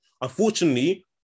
unfortunately